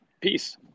Peace